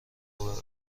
ببره